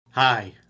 hi